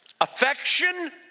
affection